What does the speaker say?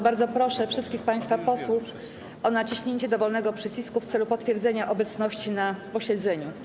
Bardzo proszę wszystkich państwa posłów o naciśnięcie dowolnego przycisku w celu potwierdzenia obecności na posiedzeniu.